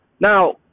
now